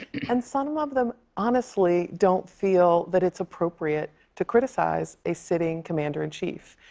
and some of them honestly don't feel that it's appropriate to criticize a sitting commander in chief.